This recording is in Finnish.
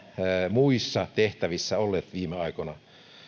muissa tehtävissä olleet viime aikoina